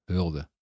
Hulde